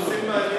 הכספים